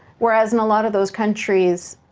whereas in a lot of those countries,